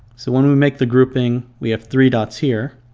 so when we make the grouping, we have three dots here.